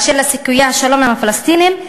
באשר לסיכויי השלום עם הפלסטינים,